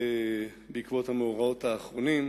בעקבות המאורעות האחרונים,